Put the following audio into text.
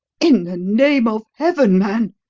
in the name of heaven, man,